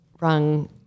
rung